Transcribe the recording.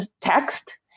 text